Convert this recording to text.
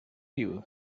you